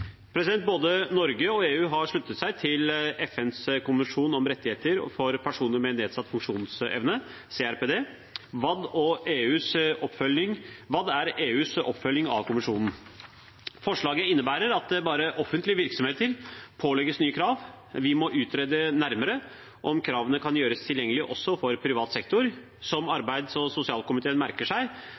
Både Norge og EU har sluttet seg til FNs konvensjon om rettighetene for personer med nedsatt funksjonsevne – CRPD. WAD er EUs oppfølging av konvensjonen. Forslaget innebærer at bare offentlige virksomheter pålegges nye krav. Vi må utrede nærmere om kravene kan gjøres gjeldende også for privat sektor. Som arbeids- og sosialkomiteen merker seg,